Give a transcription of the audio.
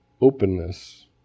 Openness